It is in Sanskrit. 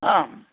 आम्